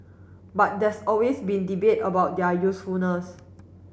but there's always been debate about their usefulness